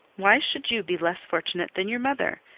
why should you be less fortunate than your mother?